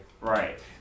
Right